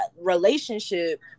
relationship